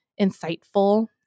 insightful